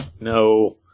No